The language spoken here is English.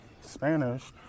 spanish